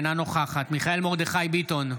אינה נוכחת מיכאל מרדכי ביטון,